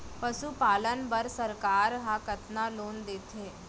पशुपालन बर सरकार ह कतना लोन देथे?